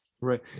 right